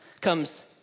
comes